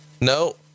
no